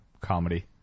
comedy